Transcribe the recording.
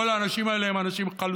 כל האנשים האלה הם חלוצים